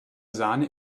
sahne